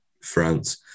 France